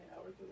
hours